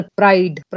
pride